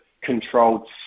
controlled